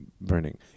burning